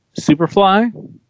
Superfly